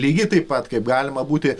lygiai taip pat kaip galima būti